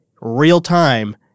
real-time